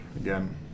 again